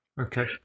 okay